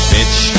Bitch